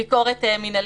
סליחה, ביקורת מינהלית.